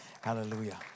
Hallelujah